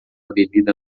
bebida